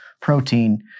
protein